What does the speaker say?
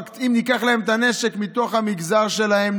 אבל אם ניקח להם את הנשק מתוך המגזר שלהם,